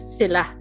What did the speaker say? sila